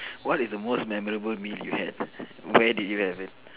what is the most memorable meal you had where did you have it